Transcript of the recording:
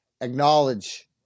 acknowledge